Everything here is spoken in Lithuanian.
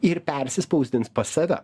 ir persispausdins pas save